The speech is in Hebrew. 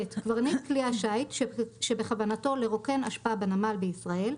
(ב) קברניט כלי שיט שבכוונתו לרוקן אשפה בנמל בישראל,